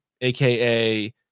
AKA